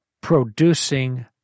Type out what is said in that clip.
producing